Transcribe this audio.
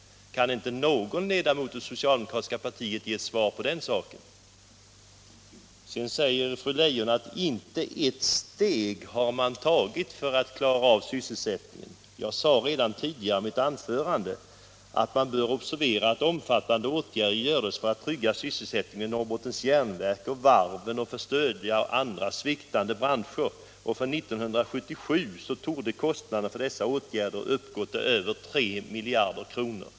Kan inte någon ledamot av det socialdemokratiska partiet ge svar på den frågan? Sedan säger fru Leijon att inte ett steg har tagits för att klara sysselsättningen. Jag sade redan i mitt tidigare anförande att man bör observera att omfattande åtgärder görs för att trygga sysselsättningen vid Allmänpolitisk debatt Allmänpolitisk debatt 170 Norrbottens Järnverk och varven och för att stödja andra sviktande branscher och att kostnaderna för dessa åtgärder 1977 torde uppgå till över 3 miljarder.